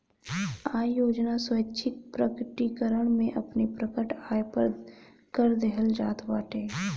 आय योजना स्वैच्छिक प्रकटीकरण में अपनी प्रकट आय पअ कर देहल जात बाटे